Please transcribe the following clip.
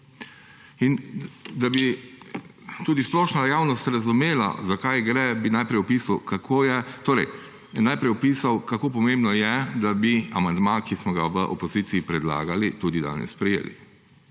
In da bi tudi splošna javnost razumela, za kaj gre, bi najprej opisal, kako pomembno je, da bi amandma, ki smo ga v opoziciji predlagali, tudi danes sprejeli.